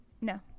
No